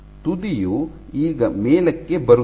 ತುದಿಯು ಈಗ ಮೇಲಕ್ಕೆ ಬರುತ್ತಿದೆ